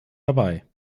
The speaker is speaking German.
dabei